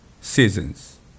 seasons